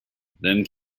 then